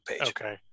Okay